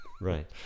right